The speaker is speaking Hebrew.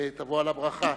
ותבוא על הברכה.